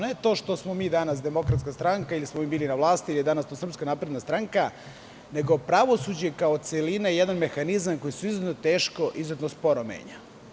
Ne to, što smo mi danas Demokratska stranka ili smo bili na vlasti ili je to danas Srpska napredna stranka, nego je pravosuđe kao celina, jedan mehanizam koji se izuzetno teško i izuzetno sporo menja.